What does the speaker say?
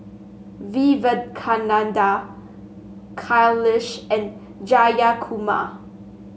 Vivekananda Kailash and Jayakumar